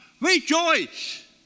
Rejoice